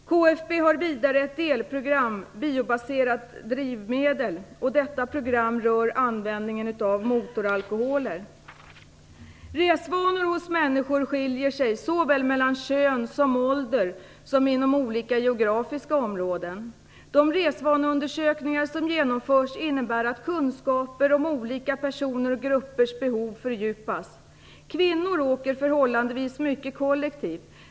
KFB har vidare ett delprogram, Biobaserade drivmedel. Detta program rör användning av motoralkoholer. Resvanor hos människor skiljer sig såväl mellan kön som ålder som inom olika geografiska områden. De resvaneundersökningar som genomförs innebär att kunskaper om olika personers och gruppers behov fördjupas. Kvinnor åker förhållandevis mycket kollektivt.